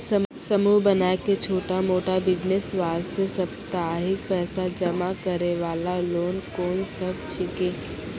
समूह बनाय के छोटा मोटा बिज़नेस वास्ते साप्ताहिक पैसा जमा करे वाला लोन कोंन सब छीके?